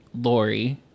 Lori